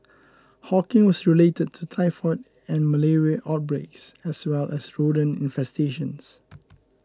hawking was related to typhoid and malaria outbreaks as well as rodent infestations